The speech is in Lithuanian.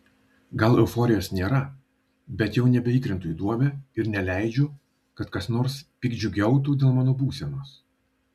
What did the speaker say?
gal euforijos nėra bet jau nebeįkrentu į duobę ir neleidžiu kad kas nors piktdžiugiautų dėl mano būsenos